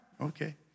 Okay